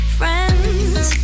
friends